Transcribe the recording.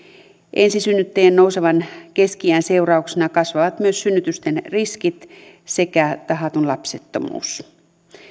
ensisynnyttäjien nousevan keski iän seurauksena kasvavat myös synnytysten riskit sekä tahaton lapsettomuus